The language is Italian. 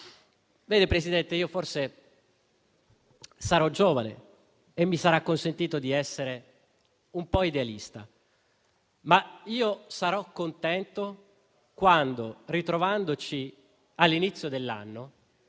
Presidente, forse sarò giovane e mi sarà consentito di essere un po' idealista, ma sarò contento quando, ritrovandoci all'inizio dell'anno,